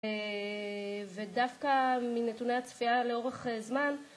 ודווקא מנתוני הצפייה לאורך זמן